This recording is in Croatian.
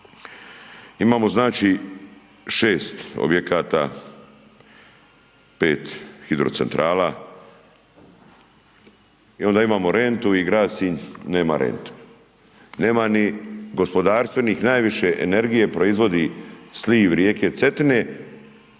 Imamo znači 6 objekata, 5 hidrocentrala i onda imamo rentu i grad Sinj nema rentu. Nema ni gospodarstvenik najviše energije proizvodi sliv rijeke Cetine